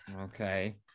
Okay